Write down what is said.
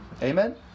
Amen